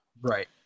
Right